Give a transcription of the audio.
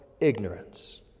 ignorance